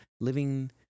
Living